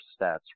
stats